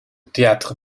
théâtre